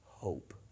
Hope